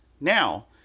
now